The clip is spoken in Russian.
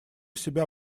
себя